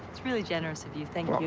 that's really generous of you. thank you.